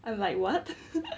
I'm like [what]